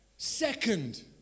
Second